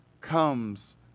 comes